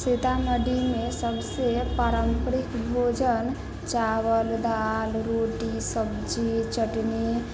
सीतामढ़ी मे सबसे पारंपरिक भोजन चावल दालि रोटी सब्जी चटनी